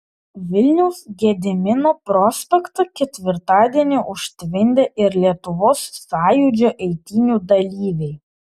vilniaus gedimino prospektą ketvirtadienį užtvindė ir lietuvos sąjūdžio eitynių dalyviai